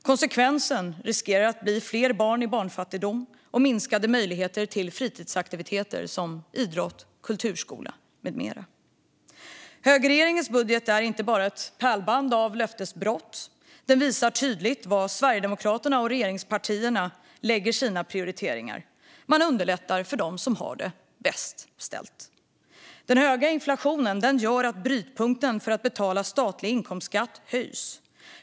Konsekvenserna riskerar att bli fler barn i barnfattigdom och minskade möjligheter till fritidsaktiviteter som idrott, kulturskola med mera. Högerregeringens budget är inte bara ett pärlband av löftesbrott. Den visar också tydligt vad Sverigedemokraterna och regeringspartierna prioriterar: att underlätta för dem som har det bäst ställt. Den höga inflationen gör att brytpunkten för att betala statlig inkomstskatt höjs.